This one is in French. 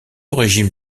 régime